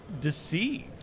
deceived